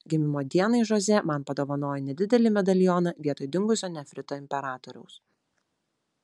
gimimo dienai žoze man padovanojo nedidelį medalioną vietoj dingusio nefrito imperatoriaus